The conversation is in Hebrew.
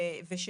ו-ב',